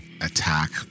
attack